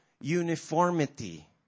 uniformity